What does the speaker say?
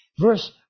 Verse